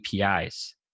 APIs